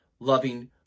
Loving